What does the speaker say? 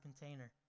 container